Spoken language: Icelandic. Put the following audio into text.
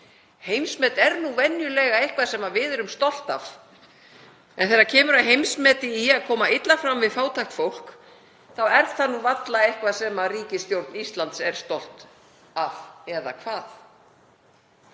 Heimsmet er venjulega eitthvað sem við erum stolt af. En þegar kemur að heimsmeti í að koma illa fram við fátækt fólk þá er það varla eitthvað sem ríkisstjórn Íslands er stolt af — eða hvað?